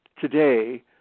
today